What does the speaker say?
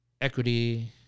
equity